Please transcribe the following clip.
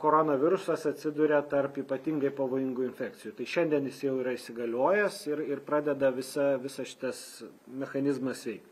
koronavirusas atsiduria tarp ypatingai pavojingų infekcijų tai šiandien jis jau yra įsigaliojęs ir ir pradeda visa visas šitas mechanizmas veikt